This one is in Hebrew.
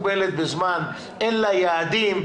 יש להן משמעות והשלכה